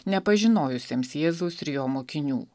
nepažinojusiems jėzaus ir jo mokinių